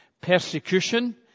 persecution